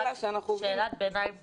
שאלת ביניים קטנה.